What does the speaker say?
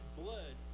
blood